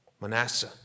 Manasseh